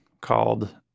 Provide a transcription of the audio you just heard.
called